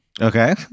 okay